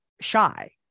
shy